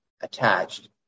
attached